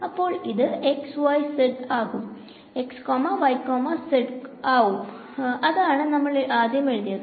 അപ്പോൾ ഇത് ആവും അതാണ് നമ്മൾ ആദ്യം എഴുതിയത്